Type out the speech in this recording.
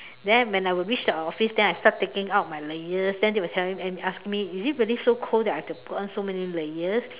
then when I will reach the office then I start taking out my layers then they will ask me is it so cold that I have to put on so many layers